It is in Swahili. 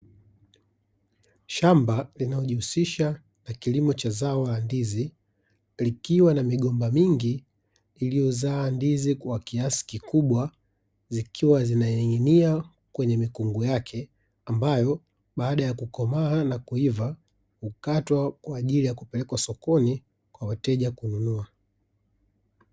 Shamba linalojihusisha na kilimo cha zao la ndizi, likiwa na migomba mingi iliyozaa ndizi kwa kiasi kikubwa, zikiwa zinaning'inia kwenye mikungu yake, ambayo baada ya kukomaa na kuiva, hukatwa kwa ajili ya kupelekwa sokoni kwa wateja kununua.